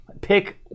pick